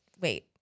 wait